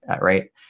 Right